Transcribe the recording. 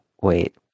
wait